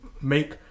make